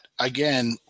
again